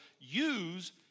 use